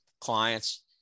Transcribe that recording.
clients